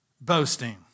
boasting